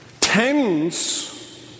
tends